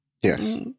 Yes